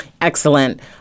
Excellent